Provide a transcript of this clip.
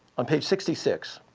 on page sixty six